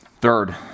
third